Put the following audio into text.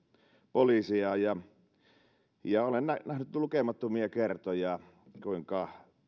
poliiseja olen nähnyt lukemattomia kertoja kuinka